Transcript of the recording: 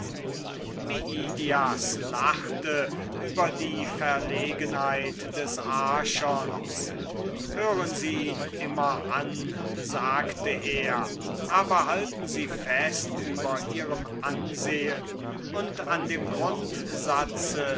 lachte über die verlogenheit des archons hören sie ihm immer an sagte er aber halten sie fest über ihrem ansehen und an dem